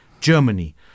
Germany